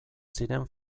ziren